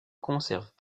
conservent